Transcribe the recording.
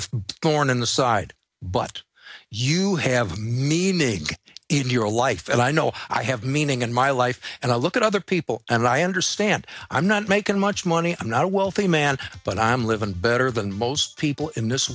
a thorn in the side but you have a meaning in your life and i know i have meaning in my life and i look at other people and i understand i'm not making much money i'm not a wealthy man but i'm living better than most people in this